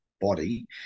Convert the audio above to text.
body